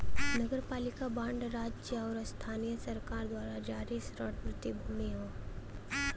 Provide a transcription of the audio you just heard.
नगरपालिका बांड राज्य आउर स्थानीय सरकार द्वारा जारी ऋण प्रतिभूति हौ